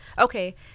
okay